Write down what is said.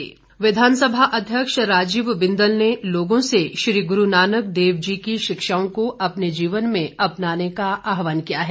बिंदल विधानसभा अध्यक्ष राजीव बिंदल ने लोगों से श्री गुरु नानक देव जी की शिक्षाओं को अपने जीवन में अपनाने का आह्वान किया है